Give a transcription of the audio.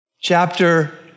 chapter